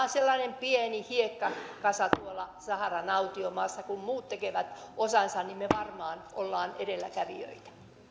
sellainen pieni hiekkakasa tuolla saharan autiomaassa kun muut tekevät osansa niin me varmaan olemme edelläkävijöitä